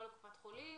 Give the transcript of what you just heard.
לא לקופת חולים,